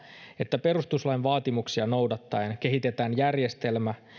että perustuslain vaatimuksia noudattaen kehitetään järjestelmä